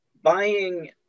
buying